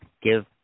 give